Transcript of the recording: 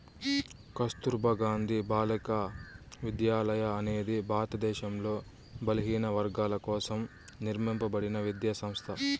కస్తుర్బా గాంధీ బాలికా విద్యాలయ అనేది భారతదేశంలో బలహీనవర్గాల కోసం నిర్మింపబడిన విద్యా సంస్థ